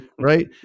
right